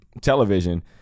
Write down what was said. television